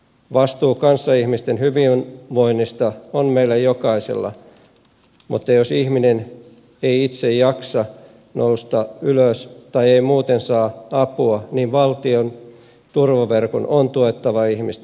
vastuu kanssaihmisten hyvinvoinnista on meillä jokaisella mutta jos ihminen ei itse jaksa nousta ylös tai ei muuten saa apua niin valtion turvaverkon on tuettava ihmistä